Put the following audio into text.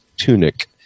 tunic